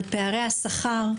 על פערי השכר,